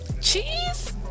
cheese